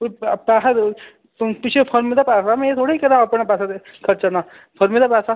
तुस प पैसा देओ पिच्छे फर्म दा पैसा में थोह्ड़ी घरा दा अपने कोला पैसा खर्चे ना फर्मे दा पैसा